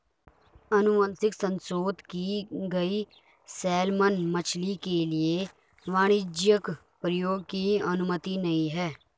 अनुवांशिक संशोधन की गई सैलमन मछली के लिए वाणिज्यिक प्रयोग की अनुमति नहीं है